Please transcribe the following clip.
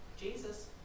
Jesus